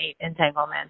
entanglement